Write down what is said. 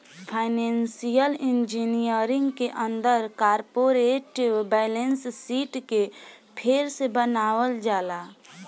financial engineering के अंदर corporate balance sheet के फेर से बनावल जाला